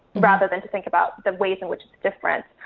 rather than to think about the ways in which it's different.